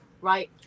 Right